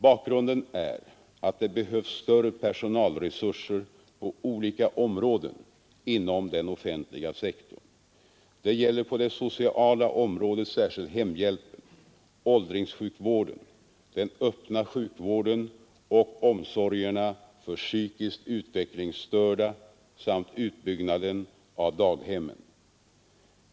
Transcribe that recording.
Bakgrunden är att det behövs större personalresurser på olika områden inom den offentliga sektorn. Det gäller på det sociala området särskilt hemhjälpen, åldringssjukvården, den öppna sjukvården och omsorgerna för psykiskt utvecklingsstörda samt utbyggnaden av daghemmen.